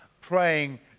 praying